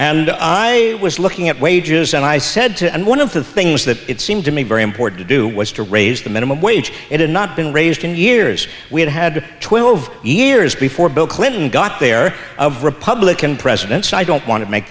and i was looking at wages and i said to and one of the things that it seemed to me very important to do was to raise the minimum wage it had not been raised in years we had had twelve years before bill clinton got there of republican president so i don't want to make